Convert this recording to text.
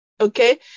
Okay